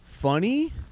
Funny